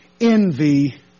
envy